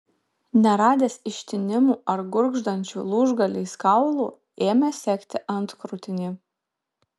neradęs ištinimų ar gurgždančių lūžgaliais kaulų ėmė segti antkrūtinį